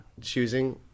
Choosing